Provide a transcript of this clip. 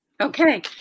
Okay